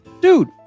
Dude